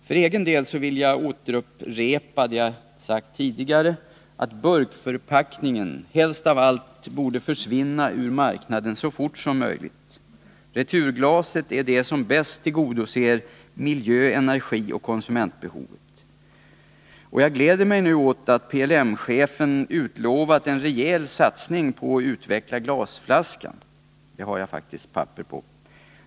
För egen del vill jag upprepa det jag tidigare sagt om att burkförpackningen helst av allt borde försvinna ur marknaden så fort som möjligt. Returglaset är det som bäst tillgodoser miljö-, energioch konsumentbehoven. Jag gläder mig åt att PLM-chefen nu utlovat en rejäl satsning på att utveckla glasflaskan — det har jag faktiskt papper på.